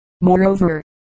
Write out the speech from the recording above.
Moreover